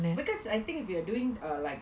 because I think if you are doing like